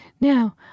Now